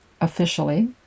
officially